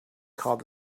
called